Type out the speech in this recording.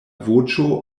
voĉo